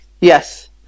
yes